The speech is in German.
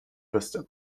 wüsste